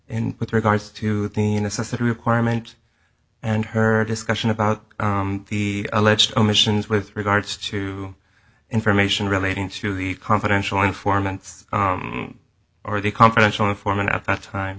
and with regards to the necessity requirement and her discussion about the alleged omissions with regards to information relating to the confidential informants or the confidential informant at that time